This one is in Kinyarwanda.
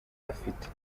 afite